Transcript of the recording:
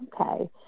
Okay